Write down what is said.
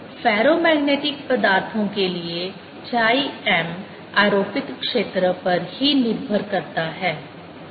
ferromagnetic पदार्थों के लिए chi m आरोपित क्षेत्र पर ही निर्भर करता है